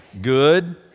good